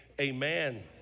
Amen